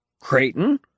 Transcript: Creighton